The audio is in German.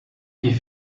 die